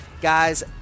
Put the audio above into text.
Guys